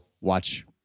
watch